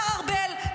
השר ארבל,